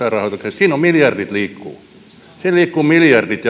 siinä miljardit liikkuvat siinä liikkuvat miljardit